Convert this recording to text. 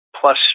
plus